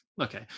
Okay